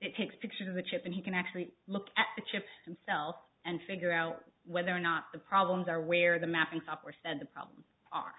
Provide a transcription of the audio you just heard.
it takes pictures of the chip and he can actually look at the chips himself and figure out whether or not the problems are where the mapping software said the problems are